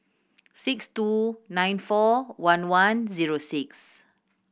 six two nine four one one zero six